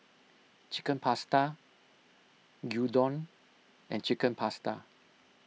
Chicken Pasta Gyudon and Chicken Pasta